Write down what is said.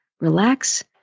relax